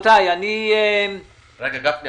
גפני,